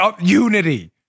Unity